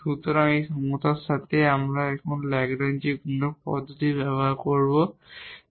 সুতরাং এটি সমতার সাথে এবং এখন আমাদের ল্যাগরেঞ্জ মাল্টিপ্লায়ারLagrange's multiplier পদ্ধতি ব্যবহার করতে হবে